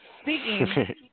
Speaking